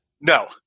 No